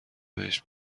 بهش